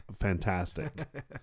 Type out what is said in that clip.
fantastic